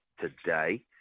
today